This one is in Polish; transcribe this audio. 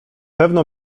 pewno